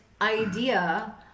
idea